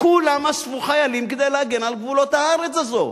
כולם אספו חיילים כדי להגן על גבולות הארץ הזאת.